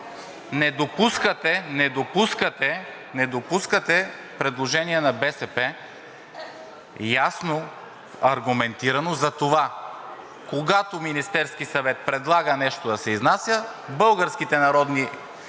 не допускате предложение на БСП, ясно аргументирано, за това, когато Министерският съвет предлага нещо да се изнася, българските народни